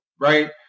Right